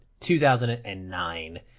2009